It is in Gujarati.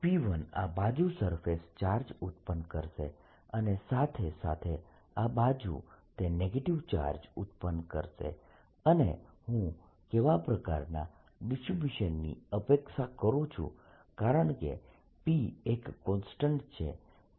P1 આ બાજુ સરફેસ ચાર્જ ઉત્પન્ન કરશે અને સાથે સાથે આ બાજુ તે નેગેટીવ ચાર્જ ઉત્પન્ન કરશે અને હું કેવા પ્રકારના ડિસ્ટ્રીબ્યુશન ની અપેક્ષા કરું છું કારણકે P એક કોસ્ટન્ટ છે